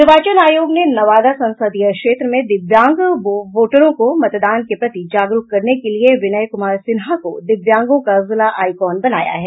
निर्वाचन आयोग ने नवादा संसदीय क्षेत्र में दिव्यांग वोटरों को मतदान के प्रति जागरूक करने के लिए विनय कुमार सिन्हा को दिव्यांगों का जिला आइकॉन बनाया है